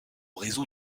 raison